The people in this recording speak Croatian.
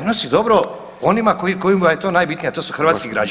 donosi dobro onima kojima je to najbitnije, a to su hrvatski građani.